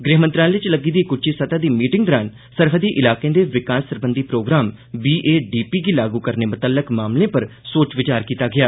गृह मंत्रालय च लग्गदी दी इक उच्ची सतह दी मीटिंग दौरान सरहदी इलाकें दे विकास सरबंधी प्रोग्राम बीएडीपी गी लागू करने मुतल्लक मामलें उप्पर सोच विचार कीता गेआ